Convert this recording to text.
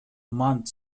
month